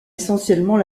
essentiellement